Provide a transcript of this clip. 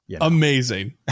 amazing